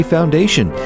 Foundation